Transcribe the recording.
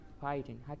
fighting